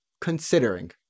considering